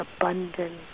abundant